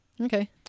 Okay